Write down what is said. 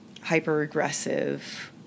hyper-aggressive